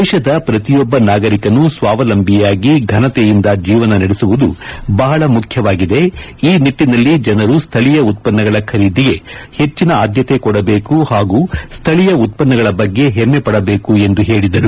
ದೇಶದ ಪ್ರತಿಯೊಬ್ಬ ನಾಗರಿಕನು ಸ್ವಾವಲಂಬಿಯಾಗಿ ಘನತೆಯಿಂದ ಜೀವನ ನಡೆಸುವುದು ಬಹಳ ಮುಖ್ಯವಾಗಿದೆ ಈ ನಿಟ್ಡಿನಲ್ಲಿ ಜನರು ಸ್ಥಳೀಯ ಉತ್ವನ್ನಗಳ ಖರೀದಿಗೆ ಹೆಚ್ಚಿನ ಆದ್ಯತೆ ಕೊಡಬೇಕು ಹಾಗೂ ಸ್ಥಳೀಯ ಉತ್ಪನ್ನಗಳ ಬಗ್ಗೆ ಹೆಮ್ಮೆಪಡಬೇಕು ಎಂದು ಹೇಳಿದರು